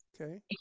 Okay